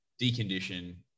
decondition